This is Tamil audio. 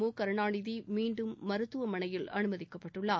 முகருணாநிதி மீண்டும் மருத்துவமனையில் அனுமதிக்கப்பட்டுள்ளார்